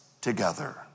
together